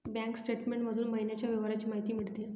bank statement मधून महिन्याच्या व्यवहारांची माहिती मिळते